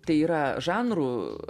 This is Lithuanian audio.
tai yra žanru